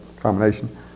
combination